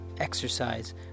exercise